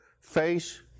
face